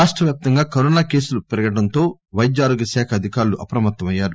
రాష్టవ్యాప్తంగా కరోనా కేసుల పెరుగుదలతో వైద్యారోగ్యశాఖ అధికారులు అప్రమత్తమయ్యారు